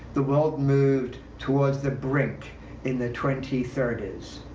the world moved towards the brink in the twenty thirty s.